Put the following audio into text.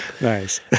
Nice